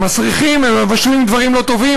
הם מסריחים, הם מבשלים דברים לא טובים.